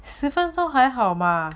十分钟还好吗